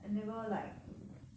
I never like